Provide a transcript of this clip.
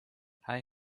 hij